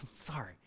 Sorry